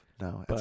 No